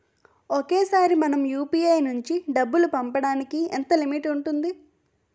ఒకేసారి మనం యు.పి.ఐ నుంచి డబ్బు పంపడానికి ఎంత లిమిట్ ఉంటుంది?